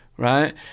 right